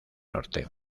norte